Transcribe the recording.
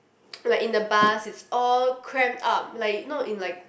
like in the bus it's all cramp up like not in like